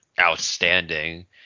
outstanding